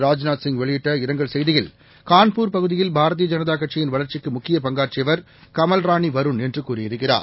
ராஜ்நாத்சிங்வெளியிட்டஇரங் கல்செய்தியில் கான்பூர்பகுதியில்பாரதீயஜனதாகட்சியின்வளர்ச்சிக்குமுக்கி யபங்காற்றியவர்கமல்ராணிவருண்என்றுகூறியிருக்கிறார்